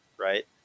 Right